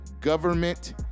Government